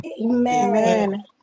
Amen